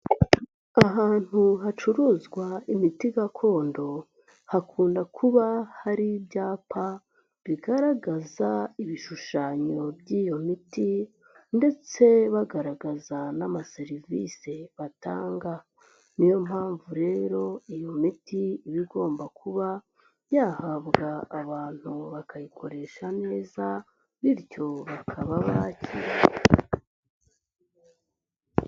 Ahantu hacuruzwa imiti gakondo hakunda kuba hari ibyapa bigaragaza ibishushanyo by'iyo miti ndetse bagaragaza n'amaserivisi batanga. Ni yo mpamvu rero iyo miti iba igomba kuba yahabwa abantu bakayikoresha neza, bityo bakaba bakira.